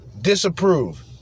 Disapprove